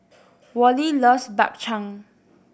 Wally loves Bak Chang